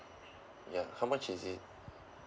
ya how much is it